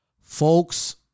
Folks